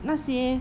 那些